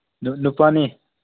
ꯅꯨꯄꯥꯅꯤ